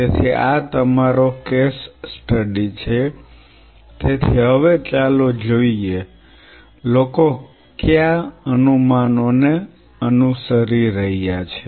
તેથી આ તમારો કેસ સ્ટડી છે તેથી હવે ચાલો જોઈએ લોકો કયા અનુમાનોને અનુસરી રહ્યા છે